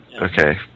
Okay